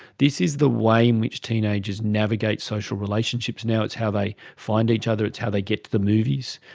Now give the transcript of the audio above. this is the way in which teenagers navigate social relationships now, it's how they find each other, it's how they get to the movies.